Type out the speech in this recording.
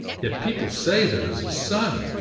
yet people say there is a sun.